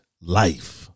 life